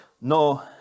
no